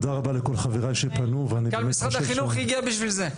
גם משרד החינוך הגיע בשביל זה.